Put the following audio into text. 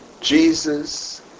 Jesus